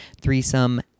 threesome